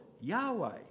Yahweh